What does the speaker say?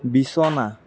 বিছনা